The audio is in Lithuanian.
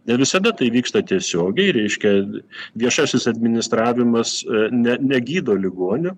ne visada tai vyksta tiesiogiai reiškia viešasis administravimas ne negydo ligonio